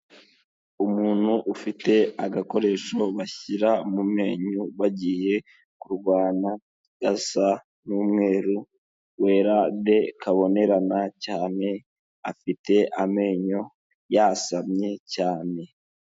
Umuntu ufite agakoresho bashyira mu menyo bagiye kurwana, gasa n'umweru wera de kabonerana cyane afite amenyo yasamye cyane.